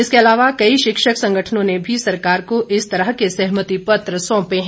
इसके अलावा कई शिक्षक संगठनों ने भी सरकार को इस तरह के सहमति पत्र सौंपे हैं